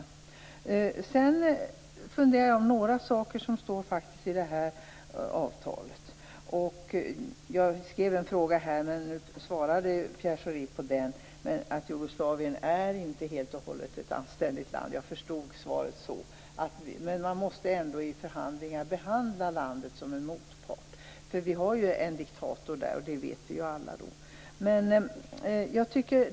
Sedan funderar jag över några saker som står i avtalet. Jag skrev en fråga, och Pierre Schori svarade på den att Jugoslavien inte helt och hållet är ett anständigt land. Jag förstod svaret så. Men man måste ändå i förhandlingar behandla landet som en motpart. Det finns en diktator där, och det vet vi alla.